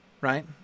right